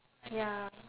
ya